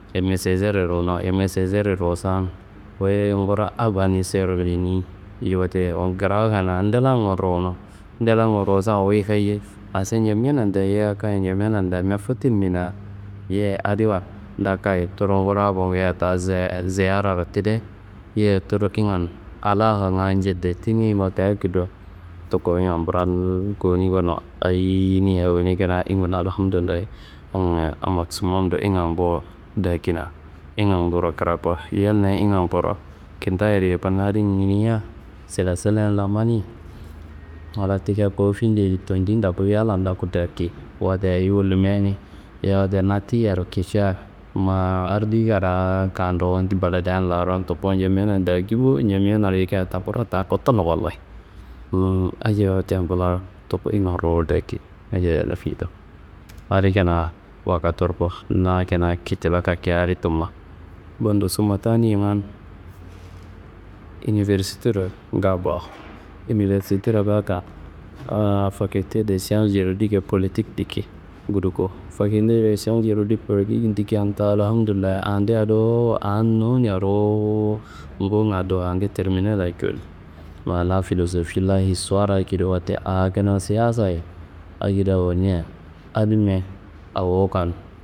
Eme Sezerriyi ruwuno, Eme Sezerriyi ruwusan wuyi nguro abanisero ruwuni, yeyi wote wuyi grawukan aa dlanumman ruwuno. Ndlamman ruwusan wuyi ayi ase Ñamenan dayeia kayi Ñamenan damia fatirmina. Yeyi adiwa da kayi tudu nguro abanguyian ta ze- ziyararo tide yeyi tudu kikan alakanga jedetine nuwa, wote akedo tuku ingan bral kowuni gonu, ayiniye awone kina ingedi larro Hamdullayi amoksimondo ingan bo dakina, ingan nguwuro krakowo. Yalniya ingan korowo, kintawu yedi yuku na adin nginia sile silen la mani. Halas tikia kawu findi yedi tondi ndoku yallan ndoku daki. Wote ayi gullumia ni yowo na tiyiyaro kica ma ardi kadaa kanduwan di buladian laro tuku Ñamena daki bo. Ñamena yikia ta nguro ta kotula Wallayi. Ajaba wote tuku ingan ruwu daki adi kina wakaturku na kicila kakeya adi tumma. Bundo summa taniangan, universitero gaako, universitero gaaka aa fakilte de siyans juridik e politik diki guduko. Fakilte di siyans juridik politik dikian ta Alhamdullayi andea dowo aa nowunia ruwu nguwunga do ande terminallea cowodi ma la filozofi la histuwarra akedi wote, a kina siyansayi akendo awonia adimbe awokan.